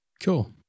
Cool